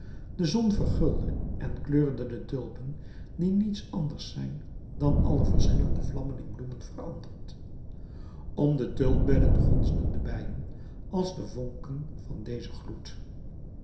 de zon vergulde en kleurde de tulpen die niets anders zijn dan alle verschillende vlammen in bloemen veranderd om de tulpbedden gonsden de bijen als de vonken van dezen gloed